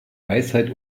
weisheit